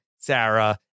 Sarah